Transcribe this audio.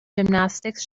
gymnastics